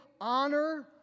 honor